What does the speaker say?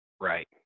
right